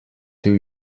two